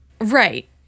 Right